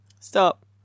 Stop